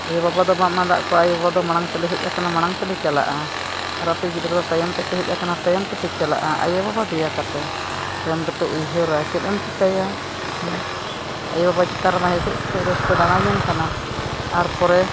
ᱟᱭᱳᱼᱵᱟᱵᱟ ᱫᱚ ᱵᱟᱢ ᱟᱸᱫᱟᱜ ᱠᱚᱣᱟ ᱟᱭᱳᱼᱵᱟᱵᱟ ᱫᱚ ᱢᱟᱲᱟᱝ ᱛᱮᱞᱮ ᱦᱮᱡ ᱠᱟᱱᱟ ᱢᱟᱲᱟᱝ ᱛᱮᱞᱮ ᱪᱟᱞᱟᱜᱼᱟ ᱟᱨ ᱟᱯᱮ ᱜᱤᱫᱽᱨᱟᱹ ᱛᱟᱭᱚᱢ ᱛᱮᱯᱮ ᱦᱮᱡ ᱟᱠᱟᱱᱟ ᱛᱟᱭᱚᱢ ᱛᱮᱯᱮ ᱪᱟᱞᱟᱜᱼᱟ ᱟᱭᱳᱼᱵᱟᱵᱟ ᱫᱮᱭᱟ ᱠᱟᱛᱮᱫ ᱛᱟᱭᱚᱢ ᱛᱮᱯᱮ ᱩᱭᱦᱟᱹᱨᱟ ᱪᱮᱫ ᱮᱢ ᱪᱤᱠᱟᱹᱭᱟ ᱟᱭᱳᱼᱵᱟᱵᱟ ᱪᱮᱛᱟᱱ ᱨᱮᱢᱟ ᱦᱮᱥᱮᱪ ᱥᱮᱠᱮᱡ ᱟᱨ ᱯᱚᱨᱮ